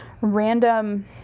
random